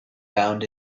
bound